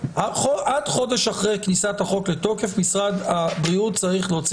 עד חודש אחרי כניסת החוק לתוקף משרד הבריאות צריך להוציא